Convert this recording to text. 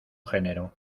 género